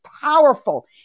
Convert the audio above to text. powerful